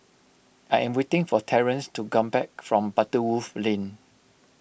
I am waiting for Terance to come back from Butterworth Lane